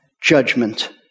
judgment